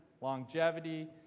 longevity